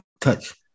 touch